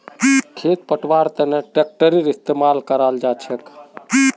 खेत पैटव्वार तनों ट्रेक्टरेर इस्तेमाल कराल जाछेक